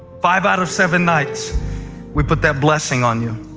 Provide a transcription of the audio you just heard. five out of seven nights we put that blessing on you.